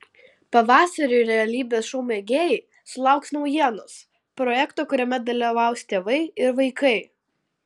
pavasarį realybės šou mėgėjai sulauks naujienos projekto kuriame dalyvaus tėvai ir vaikai